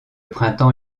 printemps